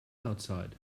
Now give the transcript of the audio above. outside